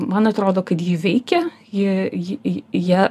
man atrodo kad ji veikia ji ji į ja